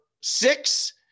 six